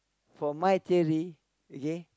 for my theory okay